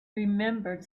remembered